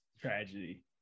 tragedy